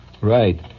Right